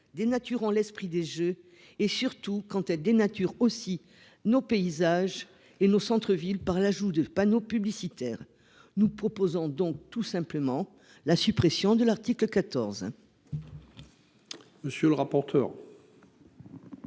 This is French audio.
dénaturant l'esprit des Jeux et surtout quand elle dénature aussi nos paysages et nos centre-ville par l'ajout de panneaux publicitaires. Nous proposons donc tout simplement la suppression de l'article 14.